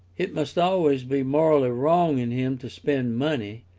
it must always be morally wrong in him to spend money,